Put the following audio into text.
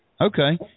Okay